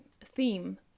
theme